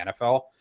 NFL